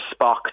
Spock